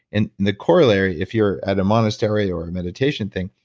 and the corollary, if you're at a monastery or a meditation thing,